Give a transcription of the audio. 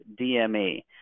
DME